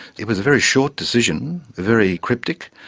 it was a very short decision, very cryptic,